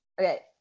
Okay